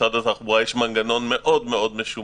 למשרד התחבורה יש מנגנון משומן